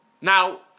Now